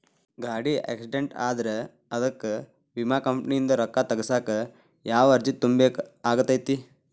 ಗಾಡಿ ಆಕ್ಸಿಡೆಂಟ್ ಆದ್ರ ಅದಕ ವಿಮಾ ಕಂಪನಿಯಿಂದ್ ರೊಕ್ಕಾ ತಗಸಾಕ್ ಯಾವ ಅರ್ಜಿ ತುಂಬೇಕ ಆಗತೈತಿ?